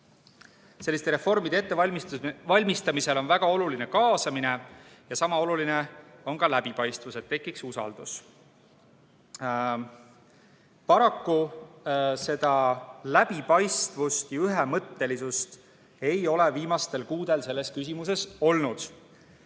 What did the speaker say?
Selliste reformide ettevalmistamisel on väga oluline kaasamine ja sama oluline on ka läbipaistvus, et tekiks usaldus. Paraku seda läbipaistvust ja ühemõttelisust ei ole viimastel kuudel selles küsimuses olnud. Kui